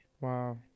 wow